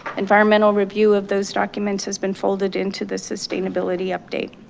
environmental review of those documents has been folded into the sustainability update.